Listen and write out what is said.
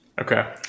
Okay